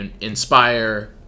inspire